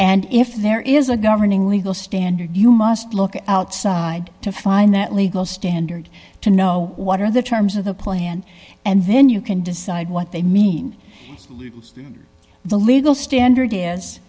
and if there is a governing legal standard you must look outside to find that legal standard to know what are the terms of the plan and then you can decide what they mean the legal standard is